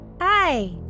Hi